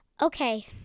Okay